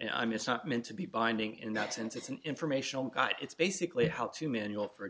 and i'm it's not meant to be binding in that sense it's an informational got it's basically how to manual for